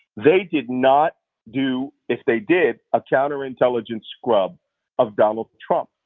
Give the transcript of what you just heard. they did not do, if they did, a counterintelligence scrub of donald trump,